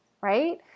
right